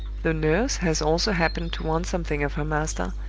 the nurse has also happened to want something of her master,